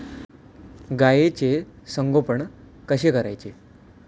गाईचे संगोपन कसे करायचे?